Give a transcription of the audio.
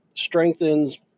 strengthens